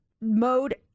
mode